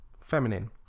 feminine